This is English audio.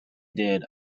did